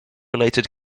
related